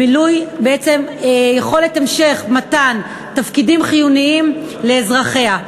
בעצם ביכולת המשך מתן שירותים חיוניים לאזרחיה.